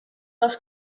dels